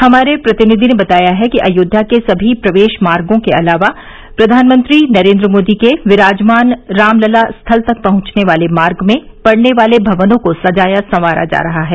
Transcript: हमारे प्रतिनिधि ने बताया है कि अयोध्या के सभी प्रवेश मार्गों के अलावा प्रधानमंत्री नरेंद्र मोदी के विराजमान रामलला स्थल तक पहुंचने वाले मार्ग में पड़ने वाले भवनों को सजाया संवारा जा रहा है